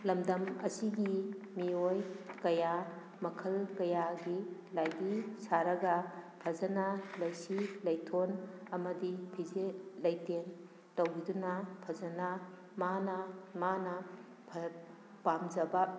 ꯂꯝꯗꯝ ꯑꯁꯤꯒꯤ ꯃꯤꯑꯣꯏ ꯀꯌꯥ ꯃꯈꯜ ꯀꯌꯥꯒꯤ ꯂꯥꯏꯗꯤ ꯁꯥꯔꯒ ꯐꯖꯅ ꯂꯩꯁꯤ ꯂꯩꯊꯣꯟ ꯑꯃꯗꯤ ꯐꯤꯖꯦꯠ ꯂꯩꯇꯦꯡ ꯇꯧꯕꯤꯗꯨꯅ ꯐꯖꯅ ꯃꯥꯅ ꯃꯥꯅ ꯐ ꯄꯥꯝꯖꯕ